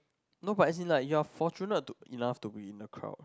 no but as in like you are fortunate to enough to be in a crowd